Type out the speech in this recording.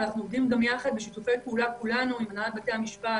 ואנחנו עובדים יחד בשיתוף פעולה כולנו עם הנהלת בתי המשפט,